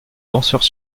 danseurs